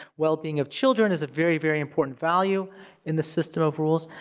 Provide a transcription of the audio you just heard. well-being of children is a very, very important value in this system of rules,